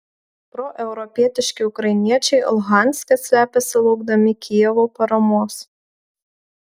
proeuropietiški ukrainiečiai luhanske slepiasi laukdami kijevo paramos